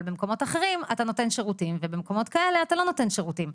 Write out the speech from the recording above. אבל במקומות אחרים אתה נותן שירותים ובמקומות האלה אתה לא נותן שירותים.